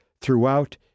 throughout